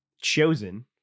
chosen